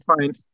fine